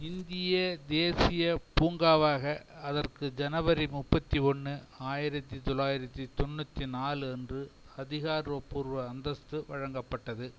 இந்திய தேசியப் பூங்காவாக அதற்கு ஜனவரி முப்பத்தி ஒன்று ஆயிரத்தி தொள்ளாயிரத்தி தொண்ணூற்றி நாலு அன்று அதிகார்பூர்வ அந்தஸ்து வழங்கப்பட்டது